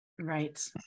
Right